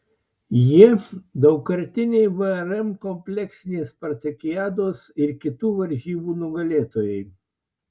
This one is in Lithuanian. jie daugkartiniai vrm kompleksinės spartakiados ir kitų varžybų nugalėtojai